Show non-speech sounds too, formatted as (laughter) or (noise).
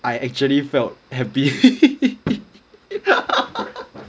I actually felt happy (laughs)